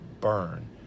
burn